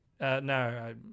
No